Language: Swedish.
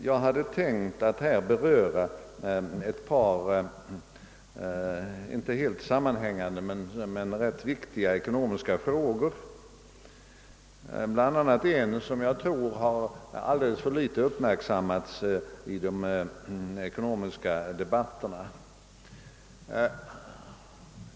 Jag hade tänkt att beröra ett par inte helt sammanhängande men rätt viktiga ekonomiska frågor, bl.a. en fråga som jag tror alltför litet har uppmärksammats i de ekonomiska debatterna.